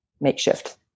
makeshift